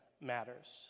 matters